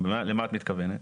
למה את מתכוונת?